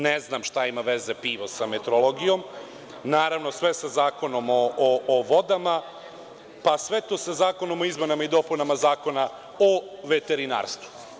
Ne znam kakve veze pivo ima sa meteorologijom, a sve sa Zakonom o vodama, pa sve to sa zakonom o izmenama i dopunama Zakona o veterinarstvu.